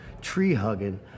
tree-hugging